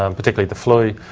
um particularly the flu,